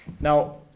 Now